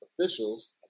officials